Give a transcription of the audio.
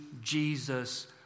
Jesus